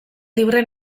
libre